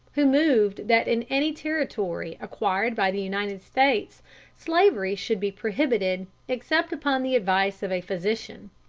who moved that in any territory acquired by the united states slavery should be prohibited except upon the advice of a physician.